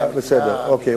אוקיי,